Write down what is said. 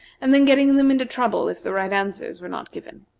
and then getting them into trouble if the right answers were not given.